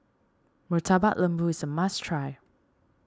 Murtabak Lembu is a must try